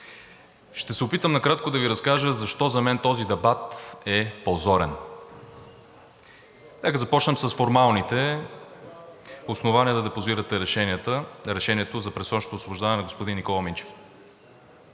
Ще се опитам накратко да Ви разкажа защо за мен този дебат е позорен. Нека започнем с формалните основания да депозирате решението за предсрочно освобождаване на господин Никола Минчев.